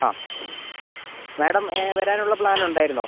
ആ മേഡം വരാനുള്ള പ്ലാൻ ഉണ്ടായിരുന്നോ